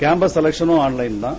Campbell செலக்ஷமை online தான்